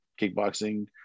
kickboxing